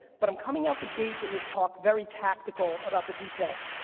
but i'm coming out the gate in this talk very tactical about the details.